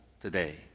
today